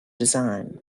design